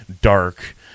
dark